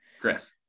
Chris